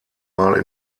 mal